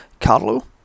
Carlo